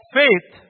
faith